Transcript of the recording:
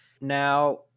Now